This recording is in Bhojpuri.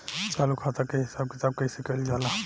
चालू खाता के हिसाब किताब कइसे कइल जाला?